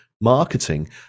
marketing